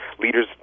leaders